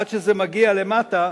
עד שזה מגיע למטה,